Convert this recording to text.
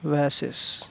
vases